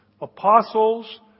apostles